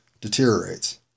deteriorates